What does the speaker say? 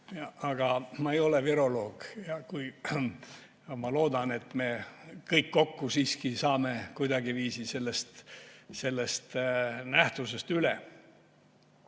Aga ma ei ole viroloog ja ma loodan, et me kõik koos siiski saame kuidagiviisi sellest nähtusest üle.